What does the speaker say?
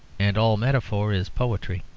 and all metaphor is poetry.